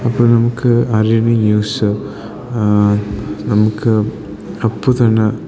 അപ്പം നമുക്ക് അല്ലെങ്കിൽ ന്യൂസ് നമുക്ക് അപ്പം തന്നെ